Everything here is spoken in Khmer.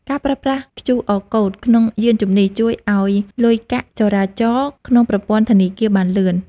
ការប្រើប្រាស់ QR Code ក្នុងយានជំនិះ ជួយឱ្យលុយកាក់ចរាចរណ៍ក្នុងប្រព័ន្ធធនាគារបានលឿន។